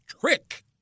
trick